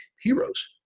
heroes